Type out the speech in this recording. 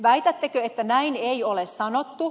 väitättekö että näin ei ole sanottu